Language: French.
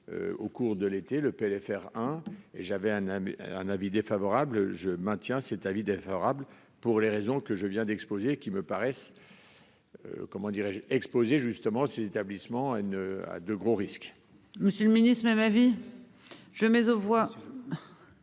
Au cours de l'été le PLFR hein et j'avais un ami un avis défavorable je maintiens cet avis défavorable pour les raisons que je viens d'exposer qui me paraissent. Comment dirais-je exposer justement ces établissements. Elle n'a de gros risques. Monsieur le Ministre, ma vie. Je mais, au revoir.--